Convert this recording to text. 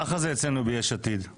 ככה זה אצלנו ביש עתיד...